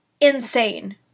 insane